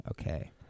Okay